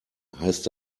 heißt